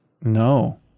No